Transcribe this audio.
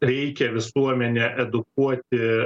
reikia visuomenę edukuoti